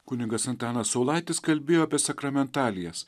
kunigas antanas saulaitis kalbėjo apie sakramentalijas